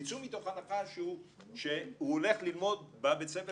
צאו מתוך הנחה שהוא הולך ללמוד בבית הספר